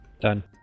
Done